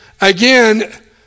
again